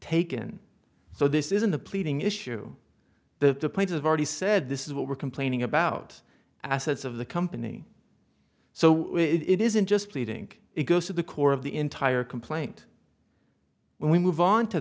taken so this isn't the pleading issue that the points of already said this is what we're complaining about assets of the company so it isn't just pleading it goes to the core of the entire complaint when we move on to